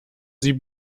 sie